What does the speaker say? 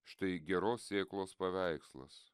štai geros sėklos paveikslas